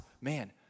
man